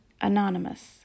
Anonymous